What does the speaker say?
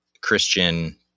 Christian